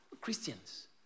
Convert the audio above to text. Christians